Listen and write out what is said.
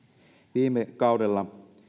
viime kaudella